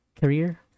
career